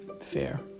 fair